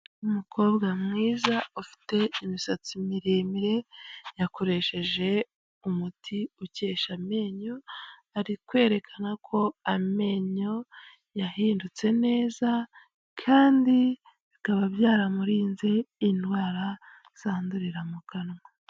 Umukobwa mwiza ufite imisatsi miremire, yakoresheje umuti ukesha amenyo ari kwerekana ko amenyo yahindutse neza, kandi bikaba byaramurinze indwara zandurira mu kanwa.